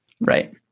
Right